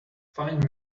find